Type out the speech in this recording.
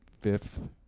fifth